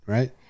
Right